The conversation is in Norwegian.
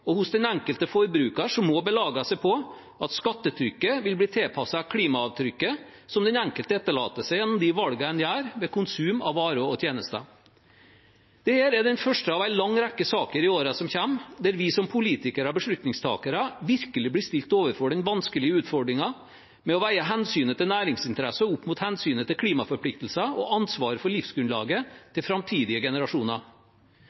og hos den enkelte forbruker, som må belage seg på at skattetrykket vil bli tilpasset klimaavtrykket som den enkelte etterlater seg, gjennom de valgene en gjør ved konsum av varer og tjenester. Dette er den første av en lang rekke saker i årene som kommer der vi som politikere og beslutningstakere virkelig blir stilt overfor den vanskelige utfordringen med å veie hensynet til næringsinteresser opp mot hensynet til klimaforpliktelser og ansvaret for livsgrunnlaget